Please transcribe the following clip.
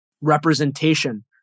representation